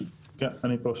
כן, אני פה.